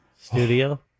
studio